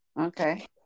Okay